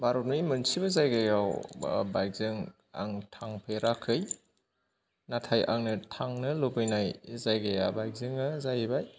भारतनि मोनसेबो जायगायाव बाइकजों आं थांफेराखै नाथाय आंनो थांनो लुबैनाय जायगाया बाइकजोङा जाहैबाय